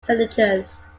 signatures